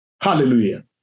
Hallelujah